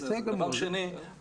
דבר שני,